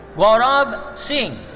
guarav singh.